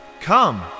Come